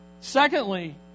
Secondly